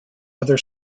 other